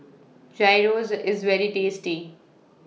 Gyros IS very tasty